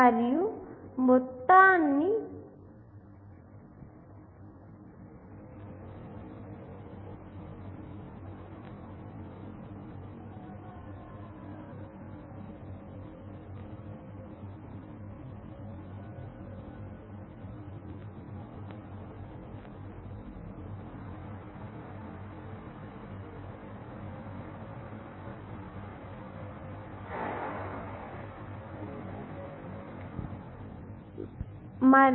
మరియు ఈ మొత్తాన్ని విస్తరిస్తే 1 7 10 8 8 12 కిలో ఓం వస్తాయి